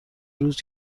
روز